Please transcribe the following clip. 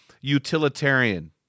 utilitarian